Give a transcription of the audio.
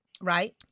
Right